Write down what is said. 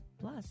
Plus